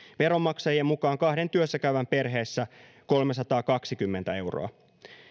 veronmaksajien mukaan kahden työssä käyvän perheessä kolmesataakaksikymmentä euroa